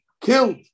killed